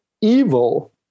Evil